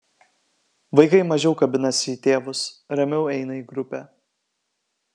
vaikai mažiau kabinasi į tėvus ramiau eina į grupę